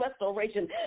restoration